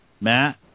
Matt